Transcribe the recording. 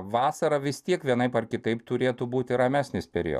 vasarą vis tiek vienaip ar kitaip turėtų būti ramesnis periodas